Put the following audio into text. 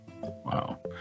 Wow